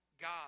God